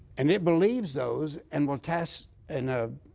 and it believes those and will test in a